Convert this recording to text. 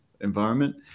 environment